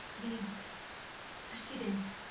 these proceedings,